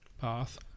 Path